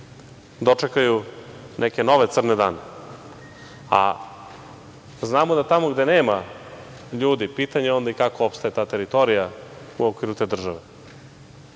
dočekaju neke nove crne dane. Znamo da tamo gde nema ljudi, pitanje je onda i kako opstaje ta teritorija u okviru te države. Dakle,